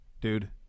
dude